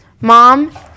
Mom